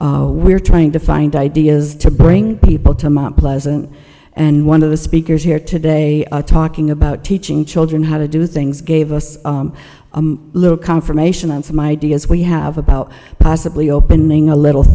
know we're trying to find ideas to bring people to mount pleasant and one of the speakers here today are talking about teaching children how to do things gave us a little confirmation on some ideas we have about possibly opening a little